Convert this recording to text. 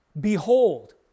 behold